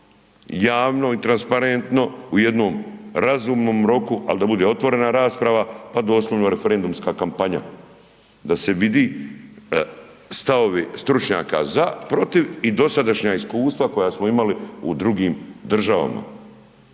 javno i transparentno u jednom razumnom roku, ali da bude otvorena rasprava pa doslovno referendumska kapanja da se vidi stavovi stručnjaka za, protiv i dosadašnja iskustva koja smo imali u drugim državama.